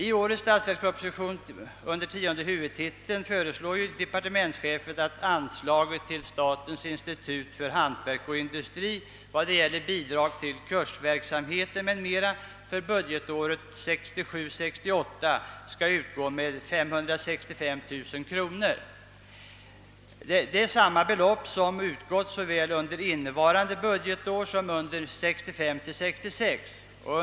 I årets statsverksproposition föreslår departementschefen, att anslaget under tionde huvudtiteln Statens institut för hantverk och industri: Bidrag till kursverksamhet m.m. för budgetåret 1967 66.